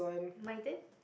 my turn